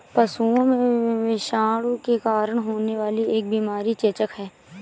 पशुओं में विषाणु के कारण होने वाली एक बीमारी चेचक है